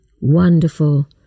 Wonderful